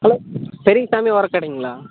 hello Periyasamy உரக்கடையிங்களா